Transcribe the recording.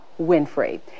Winfrey